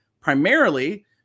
primarily